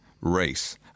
race